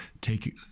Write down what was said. take